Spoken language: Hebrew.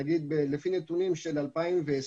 הנתונים של 2020